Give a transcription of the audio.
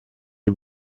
die